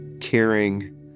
caring